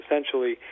essentially